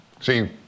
See